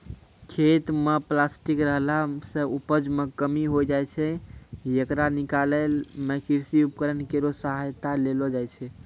खेत म प्लास्टिक रहला सें उपज मे कमी होय जाय छै, येकरा निकालै मे कृषि उपकरण केरो सहायता लेलो जाय छै